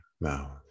mouth